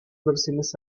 versiones